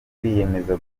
kwiyemeza